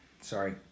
Sorry